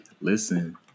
listen